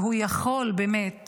ויכול באמת